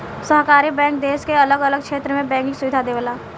सहकारी बैंक देश के अलग अलग क्षेत्र में बैंकिंग सुविधा देवेला